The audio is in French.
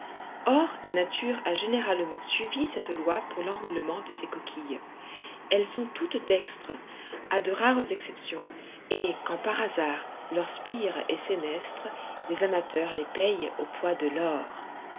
or la nature a généralement suivi cette loi pour l'enroulement de ses coquilles elles sont toutes dextres à de rares exceptions et quand par hasard leur spire est sénestre les amateurs les payent au poids de l'or